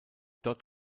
dort